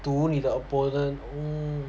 读你的 opponent